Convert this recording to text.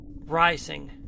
rising